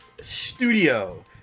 studio